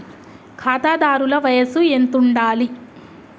ఖాతాదారుల వయసు ఎంతుండాలి?